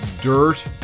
dirt